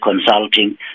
Consulting